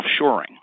offshoring